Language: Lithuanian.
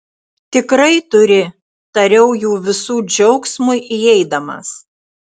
tikrai turi tariau jų visų džiaugsmui įeidamas